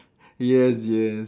yes yes